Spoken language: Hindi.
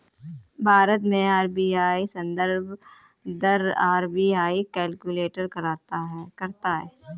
भारत में आर.बी.आई संदर्भ दर आर.बी.आई कैलकुलेट करता है